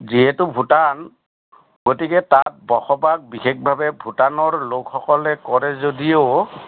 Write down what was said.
যিহেতু ভূটান গতিকে তাত বসবাস বিশেষভাৱে ভূটানৰ লোকসকলে কৰে যদিও